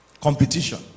competition